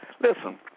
Listen